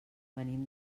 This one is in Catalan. venim